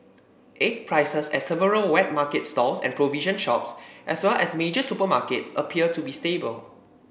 egg prices at several wet market stalls and provision shops as well as major supermarkets appear to be stable